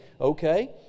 Okay